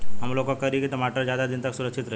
हमलोग का करी की टमाटर ज्यादा दिन तक सुरक्षित रही?